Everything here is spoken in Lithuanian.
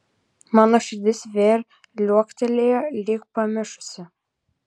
mano širdis vėl liuoktelėjo lyg pamišusi